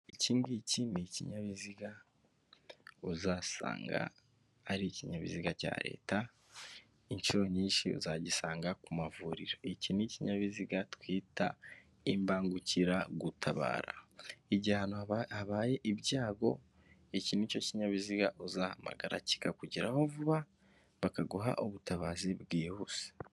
Iki ngiiki ni ikinyabiziga uzasanga ari ikinyabiziga cya leta, inshuro nyinshi uzagisanga ku mavuriro, iki ni ikinyabiziga twita imbangukiragutabara, igihe ahantu habaye, ibyago iki ni cyo kinyabiziga uzahamagara kikakugeraho vuba bakaguha ubutabazi bwihuse.